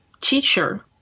teacher